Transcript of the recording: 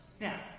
Now